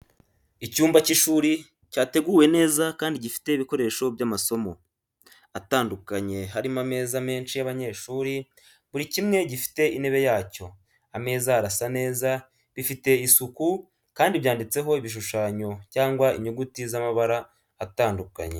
Icyumba cy’ishuri cyateguwe neza kandi gifite ibikoresho by’amasomo. atandukanye hari ameza menshi y’abanyeshuri, buri kimwe gifite intebe yacyo. ameza arasa neza, bifite isuku, kandi byanditseho ibishushanyo cyangwa inyuguti z’amabara atandukanye .